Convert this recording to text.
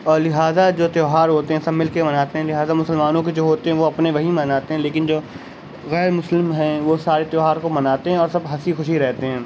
اور لہٰذا جو تہوار ہوتے ہیں سب مل کے مناتے ہیں لہٰذا مسلمانوں کے جو ہوتے ہیں وہ اپنے وہی مناتے ہیں لیکن جو غیرمسلم ہیں وہ سارے تہوار کو مناتے ہیں اور سب ہنسی خوشی رہتے ہیں